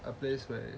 a place where